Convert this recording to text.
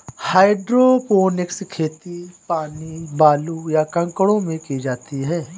hydroponics खेती पानी, बालू, या कंकड़ों में की जाती है